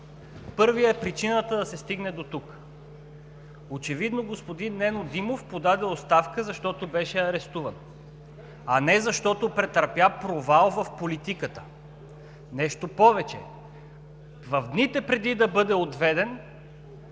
Първият е причината да се стигне дотук. Очевидно господин Нено Димов подаде оставка, защото беше арестуван, а не защото претърпя провал в политиката. Нещо повече, в дните преди да бъде отведен,